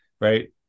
right